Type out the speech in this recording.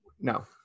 No